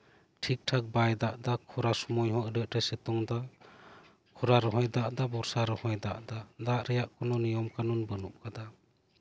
ᱴᱷᱤᱠᱼᱴᱷᱟᱠ ᱵᱟᱭ ᱫᱟᱜᱽ ᱮᱫᱟ ᱠᱷᱚᱨᱟ ᱚᱠᱛᱚ ᱦᱚᱸ ᱟᱹᱰᱤ ᱟᱸᱴᱮ ᱥᱤᱛᱩᱝ ᱮᱫᱟ ᱠᱷᱚᱨᱟ ᱨᱮᱦᱚᱸᱭ ᱫᱟᱜᱽ ᱮᱫᱟ ᱵᱚᱨᱥᱟ ᱨᱮᱦᱚᱸᱭ ᱫᱟᱜᱽ ᱮᱫᱟ ᱫᱟᱜᱽ ᱨᱮᱭᱟᱜ ᱠᱳᱱᱳ ᱱᱤᱭᱚᱢ ᱠᱟᱱᱩᱱ ᱵᱟᱹᱱᱩᱜ ᱟ ᱠᱟᱫᱟ